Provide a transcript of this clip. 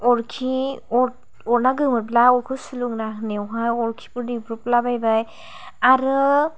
अरखि अर अरा गोमोरब्ला अरखौ सुलुंना होनायावहाय अरखिफाेर देख्रुफला बायबाय आरो